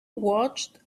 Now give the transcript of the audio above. watched